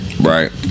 right